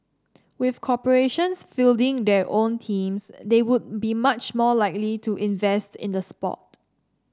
with corporations fielding their own teams they would be much more likely to invest in the sport